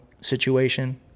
situation